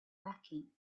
packing